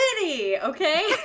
okay